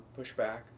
pushback